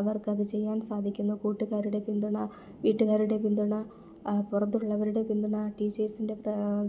അവർക്കത് ചെയ്യാൻ സാധിക്കുന്നു കൂട്ടുകാരുടെ പിന്തുണ വീട്ടുകാരുടെ പിന്തുണ പുറത്തുള്ളവരുടെ പിന്തുണ ടീച്ചേഴ്സിൻ്റെ